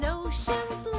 oceans